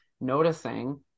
noticing